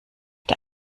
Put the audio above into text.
der